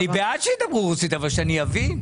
אני בעד שידברו רוסית, אבל שאני אבין.